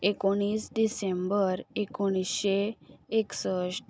एकोणीस डिसेंबर एकोणीशे एकसश्ट